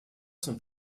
sont